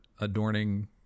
adorning